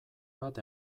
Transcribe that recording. bat